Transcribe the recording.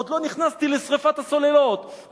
עוד לא נכנסתי לשרפת הסוללות,